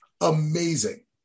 amazing